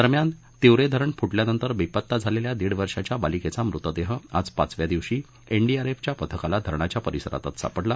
दरम्यान तिवरे धरण फुटल्यानंतर बेपत्ता झालेल्या दीड वर्षाच्या बालिकेचा मृतदेह आज पाचव्या दिवशी एनडीआरएफच्या पथकाला धरणाच्या परिसरातच सापडला